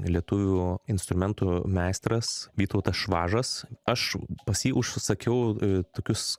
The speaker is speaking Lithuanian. lietuvių instrumentų meistras vytautas švažas aš pas jį užsakiau tokius